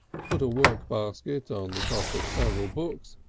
put a workbasket on the top of several books,